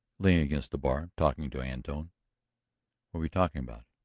leaning against the bar, talking to antone. what were you talking about?